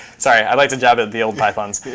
sorry, i like to jab at the old pythons